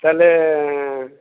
ତାହେଲେ